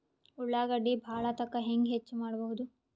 ಉಳ್ಳಾಗಡ್ಡಿ ಬಾಳಥಕಾ ಹೆಂಗ ಹೆಚ್ಚು ಮಾಡಬಹುದು?